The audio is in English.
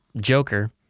Joker